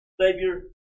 Savior